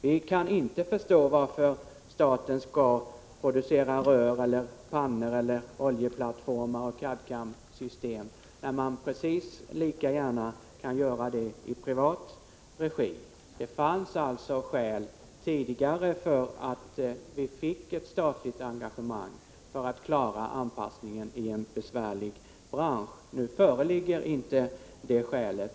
Vi kan inte förstå varför staten skall producera rör, pannor, oljeplattformar eller CAD/CAM-system, när man precis lika gärna kan göra det i privat regi. Det fanns skäl tidigare, när vi fick det statliga engagemanget. Då gällde det att klara anpassningen i en bransch med problem. Nu föreligger inte det skälet.